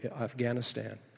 Afghanistan